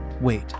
Wait